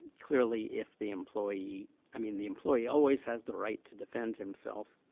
clearly if the employee i mean, the employee always has the right to defend himself.